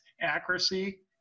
accuracy